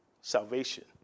salvation